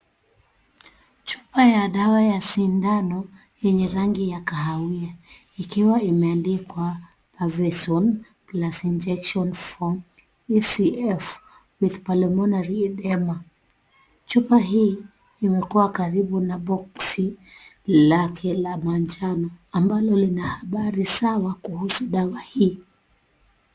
Chupa ya dawa ya sindano yenye rangi ya kahawia ikiwa imeandikwa Parvexon Plus Injection for E.C.F with Pulmonary Oedema. Chupa hii imekuwa karibu na boksi lake la manjano ambalo lina habari sawa kuhusu dawa hii.